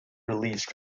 released